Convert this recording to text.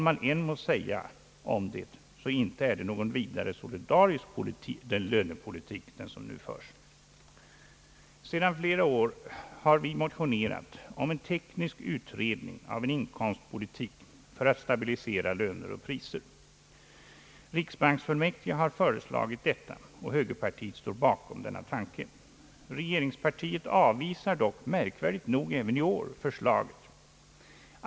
Vad än må sägas om det, så inte är den lönepolitik som nu förs en särskilt solidarisk politik. Sedan flera år har vi motionerat om en teknisk utredning av en inkomstpolitik för att stabilisera löner och priser. Riksbanksfullmäktige har föreslagit detta, och högerpartiet står bakom tanken. Regeringspartiet avvisar dock, märkvärdigt nog, även i år förslaget.